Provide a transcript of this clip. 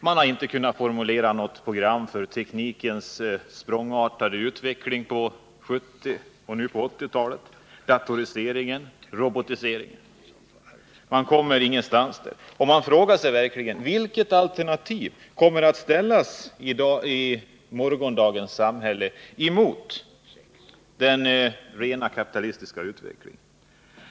Den har inte kunnat formulera något program för att kontrollera teknikens explosionsartade utveckling under 1970 och 1980 talen genom bl.a. datoriseringen och robotiseringen. Man har inte kommit någonstans i det avseendet. Man kan verkligen fråga sig vilket alternativ som i morgondagens samhälle kommer att kunna sättas emot en rent kapitalistisk Nr 23 utveckling.